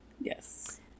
Yes